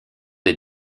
des